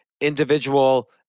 individual